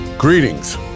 Greetings